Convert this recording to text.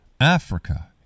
Africa